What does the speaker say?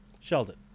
Sheldon